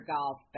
Golf